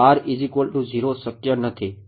તેથી શક્ય નથી ઓકે